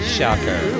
Shocker